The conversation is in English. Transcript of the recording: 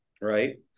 right